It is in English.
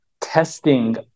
testing